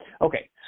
Okay